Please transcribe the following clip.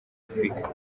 afurika